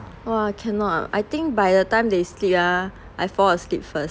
!wah! I cannot I think by the time they sleep ah I fall asleep first